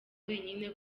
wenyine